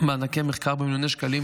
מענקי מחקר במיליוני שקלים,